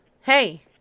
Hey